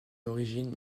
origine